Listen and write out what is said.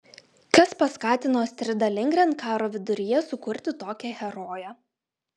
kas paskatino astridą lindgren karo viduryje sukurti tokią heroję